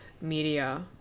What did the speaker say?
media